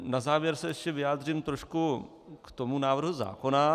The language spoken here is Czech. Na závěr se ještě vyjádřím trošku k tomu návrhu zákona.